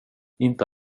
inte